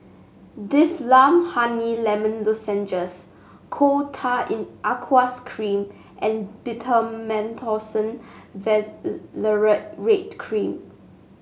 Difflam Honey Lemon Lozenges Coal Tar in Aqueous Cream and Betamethasone Valerate Cream